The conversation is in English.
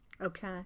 Okay